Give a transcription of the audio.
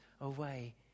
away